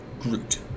Groot